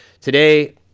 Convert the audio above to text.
Today